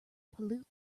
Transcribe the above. polluted